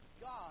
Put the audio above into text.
God